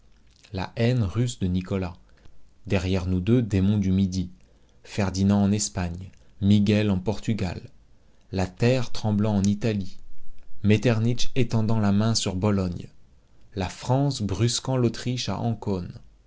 la haine russe de nicolas derrière nous deux démons du midi ferdinand en espagne miguel en portugal la terre tremblant en italie metternich étendant la main sur bologne la france brusquant l'autriche à